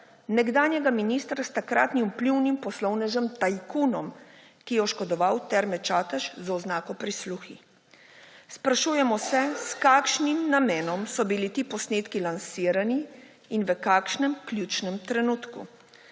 nekdanjega ministra s takratnim vplivnim poslovnežem, tajkunom, ki je oškodoval Terme Čatež, z oznako prisluhi. Sprašujemo se, s kakšnim namenom so bili ti posnetki lansirani in v kakšnem ključnem trenutku.